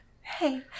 Hey